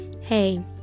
hey